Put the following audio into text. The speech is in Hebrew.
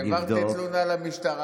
העברתי תלונה למשטרה,